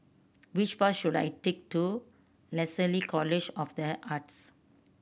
which bus should I take to Lasalle College of The Arts